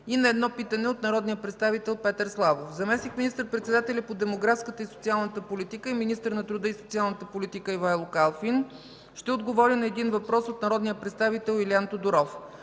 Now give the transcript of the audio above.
и на едно питане от народния представител Петър Славов. 3. Заместник министър-председателят по демографската и социалната политика и министър на труда и социалната политика Ивайло Калфин ще отговори на един въпрос от народния представител Илиан Тодоров.